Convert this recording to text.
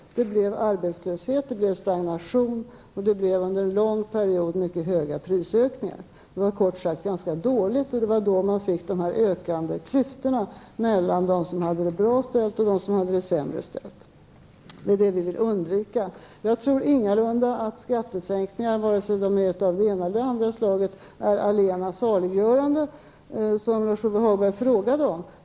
Det blev arbetslöshet, stagnation och under en lång period mycket höga prisökningar. Det var ganska dåligt, och det var då man fick dessa ökande klyftor mellan dem som hade det bra ställt och dem som hade det sämre ställt. Det vill vi undvika. Jag tror ingalunda att skattesänkningar av det ena eller det andra slaget är allena saliggörande, som Lars-Ove Hagberg frågade om.